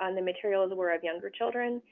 on the materials were of younger children.